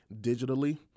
digitally